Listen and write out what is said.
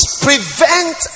prevent